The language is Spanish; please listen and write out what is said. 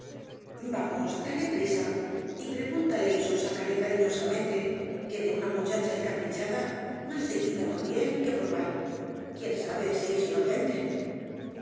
vamos date prisa y pregúntale y sonsácale cariñosamente que de una muchacha encaprichada más se quita por bien que por mal quién sabe si es inocente